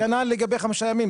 כנ"ל לגבי חמישה ימים.